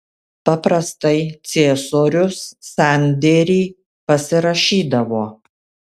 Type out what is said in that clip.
paprastai ciesorius sandėrį pasirašydavo